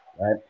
right